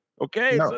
Okay